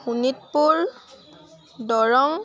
Sonitpur Darrang